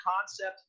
concept